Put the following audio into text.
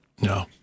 No